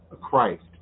Christ